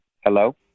Hello